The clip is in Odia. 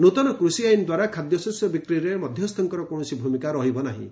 ନୃତନ କୃଷି ଆଇନ ଦ୍ୱାରା ଖାଦ୍ୟଶସ୍ୟ ବିକ୍ରିରେ ମଧ୍ୟସ୍ଥଙ୍କର କୌଣସି ଭୂମିକା ରହିବ ନାହିଁ